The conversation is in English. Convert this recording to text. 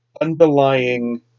underlying